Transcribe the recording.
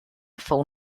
fou